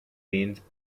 means